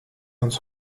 uns